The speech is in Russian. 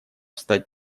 стать